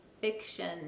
FICTION